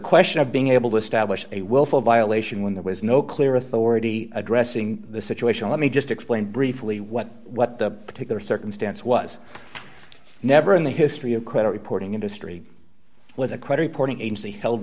question of being able to establish a willful violation when there was no clear authority addressing the situation let me just explain briefly what what the particular circumstance was never in the history of credit reporting industry was a credit reporting agency held